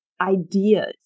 ideas